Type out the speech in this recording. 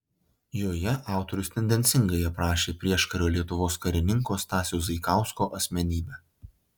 joje autorius tendencingai aprašė prieškario lietuvos karininko stasio zaikausko asmenybę